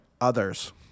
others